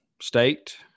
State